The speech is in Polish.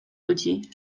ludzi